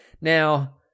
Now